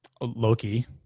Loki